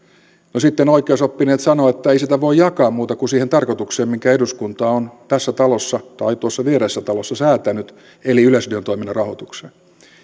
no sitten oikeusoppineet sanoivat että ei sitä voi jakaa muuhun kuin siihen tarkoitukseen minkä eduskunta on tässä talossa tai tuossa viereisessä talossa säätänyt eli yleisradion toiminnan rahoitukseen